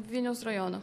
vilniaus rajono